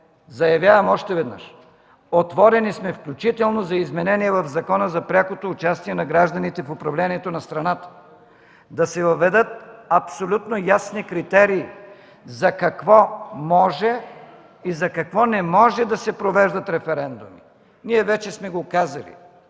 Заявявам още веднъж – отворени сме, включително за изменение в Закона за прякото участие на гражданите в управлението на страната, да се въведат абсолютно ясни критерии за какво може и за какво не може да се провеждат референдуми. Ние вече сме го казали: